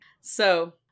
So-